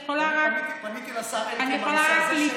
פניתי לשר אלקין בנושא הזה.